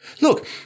Look